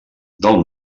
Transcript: del